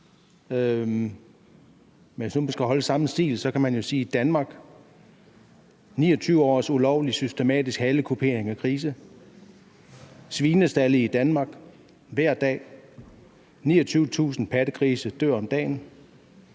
talen. Hvis vi nu skal holde samme stil, kan man jo sige: Danmark, 29 års ulovlige og systematiske halekupering af grise. Svinestalde i Danmark: 29.000 pattegrise dør om dagen.